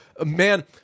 Man